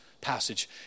passage